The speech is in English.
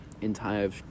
entire